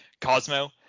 Cosmo